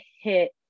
hit